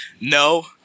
No